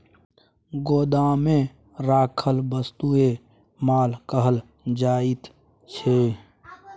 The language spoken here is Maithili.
गोदाममे राखल वस्तुकेँ माल कहल जाइत छै